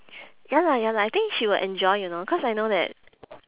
ya lah ya lah I think she will enjoy you know cause I know that